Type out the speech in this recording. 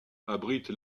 abrite